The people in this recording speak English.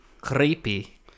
creepy